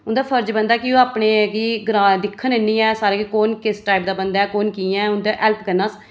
उं'दा फर्ज बनदा ऐ कि ओह् अपने गी ग्रां दिक्खन इन्नी ऐ सारें ई कि कु'न कु'न किस टाइप दा बंदा कु'न कि'यां ऐ उं'दे हैल्प करना